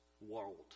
world